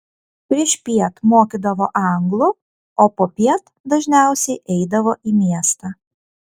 priešpiet mokydavo anglų o popiet dažniausiai eidavo į miestą